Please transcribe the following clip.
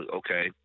okay